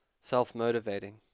self-motivating